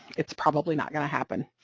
it's probably not going to happen.